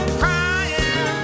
crying